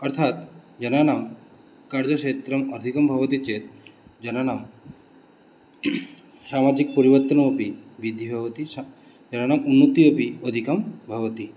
अर्थात् जनानां कार्यक्षेत्रम् अधिकं भवति चेत् जनानां सामाजिकपरिवर्तनम् अपि वृद्धिः भवति श् जनानाम् उन्नतिः अपि अधिकं भवति